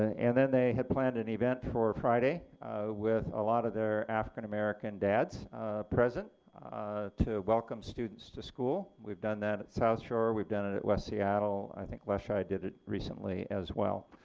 and then they had planned an event for friday with a lot of their african-american dads present to welcome students to school. we've done that at south shore, we've done it at west seattle, i think leschi did it recently as well.